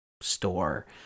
Store